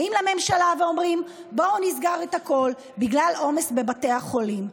באים לממשלה ואומרים: בואו נסגור את הכול בגלל עומס בבתי החולים.